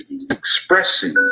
expressing